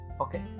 Okay